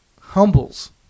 humbles